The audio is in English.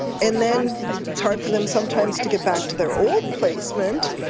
and then it's hard for them sometimes to get back to their old placement.